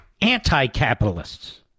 anti-capitalists